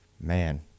man